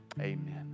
amen